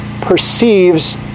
perceives